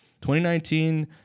2019